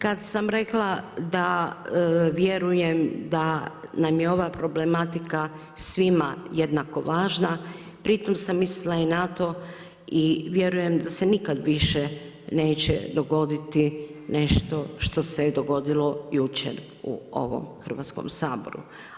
Kad sam rekla da vjerujem da nam je ova problematika svima jednako važna, pritom sam mislila na to i vjerujem da se nikada više neće dogoditi nešto što se je dogodilo jučer u ovom Hrvatskom saboru.